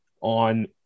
on